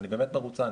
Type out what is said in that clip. ואני באמת מרוצה,